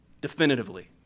definitively